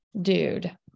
dude